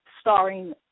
starring